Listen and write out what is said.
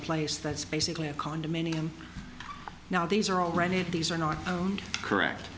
place that's basically a condominium now these are all running these are not owned correct